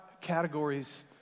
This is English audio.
categories